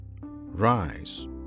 rise